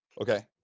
okay